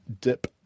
dip